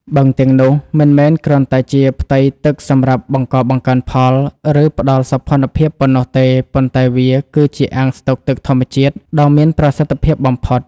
បឹងទាំងនោះ មិនមែនគ្រាន់តែជាផ្ទៃទឹកសម្រាប់បង្កបង្កើនផល ឬផ្តល់សោភ័ណភាពប៉ុណ្ណោះទេ ប៉ុន្តែវាគឺជាអាងស្តុកទឹកធម្មជាតិដ៏មានប្រសិទ្ធភាពបំផុត។